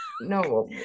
no